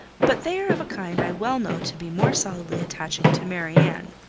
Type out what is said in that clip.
but they are of a kind i well know to be more solidly attaching to marianne.